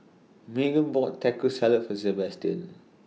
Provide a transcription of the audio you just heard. Magen bought Taco Salad For Sabastian